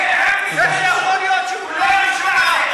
איך יכול להיות שהוא לא יצא?